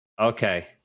Okay